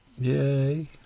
Yay